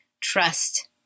trust